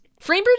Framebridge